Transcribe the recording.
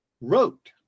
Wrote